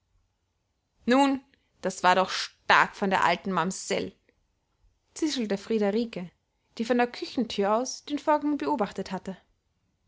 nun das war doch stark von der alten mamsell zischelte friederike die von der küchenthür aus den vorgang beobachtet hatte